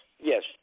Yes